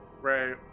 Right